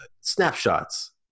snapshots